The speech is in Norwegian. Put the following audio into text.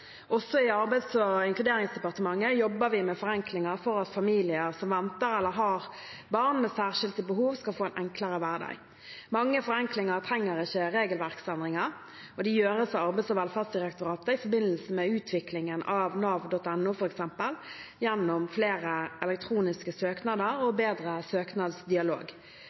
Også i Arbeids- og inkluderingsdepartementet jobber vi med forenklinger for at familier som venter eller har barn med særskilte behov, skal få en enklere hverdag. Mange forenklinger trenger ikke regelverksendringer, og de gjøres av Arbeids- og velferdsdirektoratet i forbindelse med utviklingen av nav.no, f.eks. gjennom flere elektroniske søknader og bedre søknadsdialog.